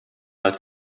als